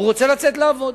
הוא רוצה לצאת לעבוד.